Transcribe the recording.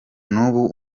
n’ubu